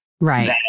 Right